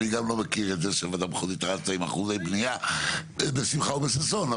אני גם לא מכיר את זה שוועדה מחוזית רצה עם אחוזי בנייה בשמחה ובששון,